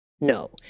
No